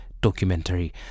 documentary